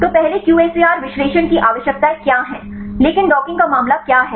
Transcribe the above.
तो पहले QSAR विश्लेषण की आवश्यकताएं क्या हैं लेकिन डॉकिंग का मामला क्या हैं